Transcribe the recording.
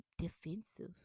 defensive